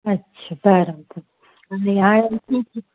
अछा बराबरु हाणे आहे